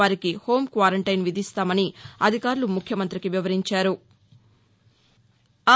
వారికి home quarantine విధిస్తామని అధికారులు ముఖ్యమంత్రికి వివరించారు